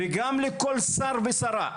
גם לכל שר ושרה.